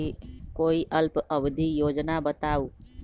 कोई अल्प अवधि योजना बताऊ?